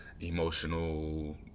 emotional